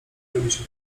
robić